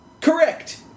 Correct